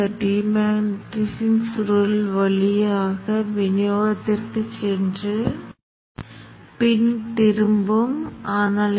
எனவே டிமேக்னடைசிங் சுருள் மின்னழுத்தம் சுவிட்ச் Viq வழியாக பாயும் மின்னோட்டத்தின் முறுக்கு dit i ஐ திசைதிருப்பவும் மற்றும் இரண்டாம் நிலை Vis மூலம் பாயும் மின்னோட்டத்தை மாற்றவும்